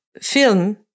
film